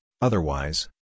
otherwise